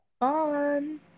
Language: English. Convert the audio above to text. on